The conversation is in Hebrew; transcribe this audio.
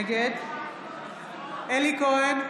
נגד אלי כהן,